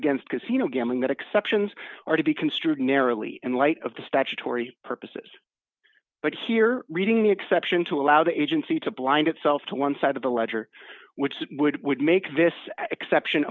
against casino gambling that exceptions are to be construed narrowly in light of the statutory purposes but here reading the exception to allow the agency to blind itself to one side of the ledger which would would make this an exception